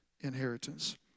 inheritance